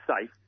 safe